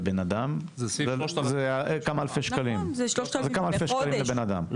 זה יעלה כמה אלפי שקלים לאדם.